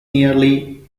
nearly